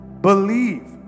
believe